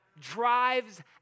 drives